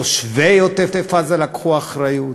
תושבי עוטף-עזה לקחו אחריות,